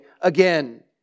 again